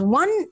one